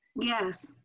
yes